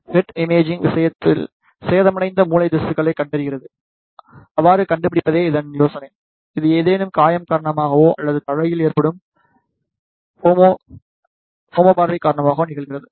head imaging விஷயத்தில் சேதமடைந்த மூளை திசுக்களைக் கண்டறிகிறது அவ்வாறு கண்டுபிடிப்பதே இதன் யோசனை இது ஏதேனும் காயம் காரணமாகவோ அல்லது தலையில் ஏற்படும் கேமோர்ஹஜிக் காரணமாகவோ நிகழ்கிறது